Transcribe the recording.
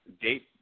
date